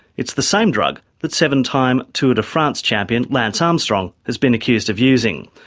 it's the same drug that seven-time tour de france champion lance armstrong has been accused of using.